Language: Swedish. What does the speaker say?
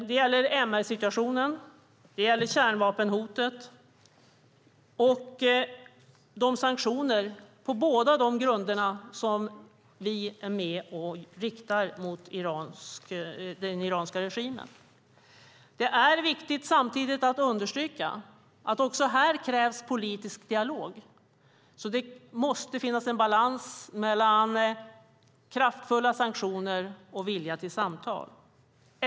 Det gäller MR-situationen, kärnvapenhotet och de sanktioner på båda dessa grunder som vi är med och riktar mot den iranska regimen. Samtidigt är det viktigt att understryka att det också här krävs politisk dialog. Det måste finnas en balans mellan kraftfulla sanktioner och vilja till samtal.